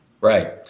Right